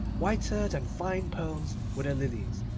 whiter than fine pearls were the lilies,